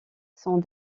sont